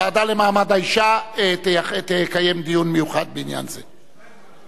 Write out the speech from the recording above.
הוועדה למעמד האשה תקיים דיון מיוחד בעניין זה.